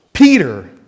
Peter